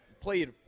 played